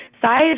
side